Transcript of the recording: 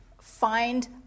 find